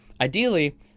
Ideally